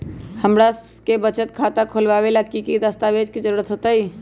हमरा के बचत खाता खोलबाबे ला की की दस्तावेज के जरूरत होतई?